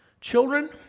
Children